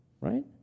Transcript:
Right